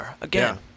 Again